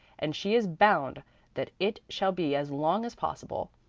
and she is bound that it shall be as long as possible.